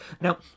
Now